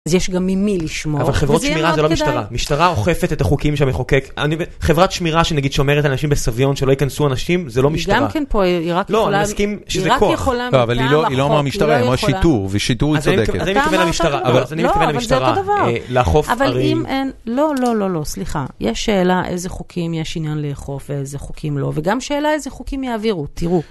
אז יש גם ממי לשמור. אבל חברות שמירה זו לא משטרה, משטרה אוכפת את החוקים שהמחוקק, אני ב-, חברת שמירה שנגיד שומרת על אנשים בסביון, שלא ייכנסו אנשים, זה לא משטרה. היא גם כן פה, היא רק יכולה... לא, אני מסכים שזה כוח. זה כך, לא, היא לא מהמשטרה והיא אמרה שיטור. ןשיטור היא צודקת. אז אני מתכוון לשמטרה. לא, אבל זה אותו דבר. אבל אם אין... לא, לא, לא, סליחה. יש שאלה איזה חוקים יש עניין לאכוף ואיזה חוקים לא, וגם שאלה איזה חוקים יעבירו, תראו.